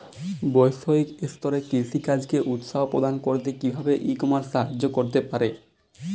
বৈষয়িক স্তরে কৃষিকাজকে উৎসাহ প্রদান করতে কিভাবে ই কমার্স সাহায্য করতে পারে?